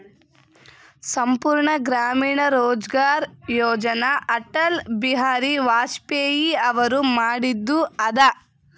ಸಂಪೂರ್ಣ ಗ್ರಾಮೀಣ ರೋಜ್ಗಾರ್ ಯೋಜನ ಅಟಲ್ ಬಿಹಾರಿ ವಾಜಪೇಯಿ ಅವರು ಮಾಡಿದು ಅದ